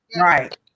right